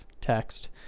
text